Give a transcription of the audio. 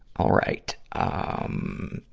all right, um,